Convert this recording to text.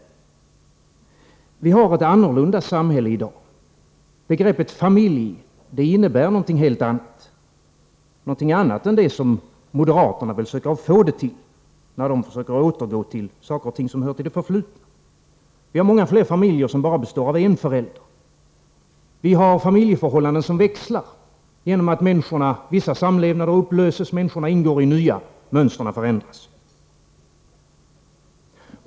Samhället i dag är annorlunda. Begreppet ”familj” innebär någonting helt annat än det moderaterna vill få det till i sina försök att återgå till saker och ting som hör till det förflutna. Antalet familjer som bara består av en förälder är nu mycket större än tidigare. Dessutom växlar familjeförhållandena genom att vissa samlevnadsförhållanden upplöses. Människorna går in i nya förhållanden. Mönstren förändras.